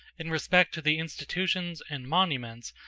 in respect to the institutions, and monuments,